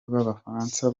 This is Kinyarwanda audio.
b’abafaransa